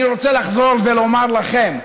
אני רוצה לבוא ולומר לכם: